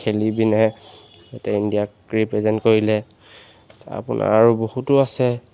খেলি পিনে ইয়াতে ইণ্ডিয়াক ৰিপ্ৰেজেণ্ট কৰিলে আপোনাৰ আৰু বহুতো আছে